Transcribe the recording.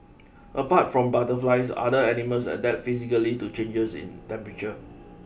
apart from butterflies other animals adapt physically to changes in temperature